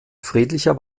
friedlicher